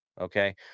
okay